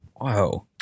Wow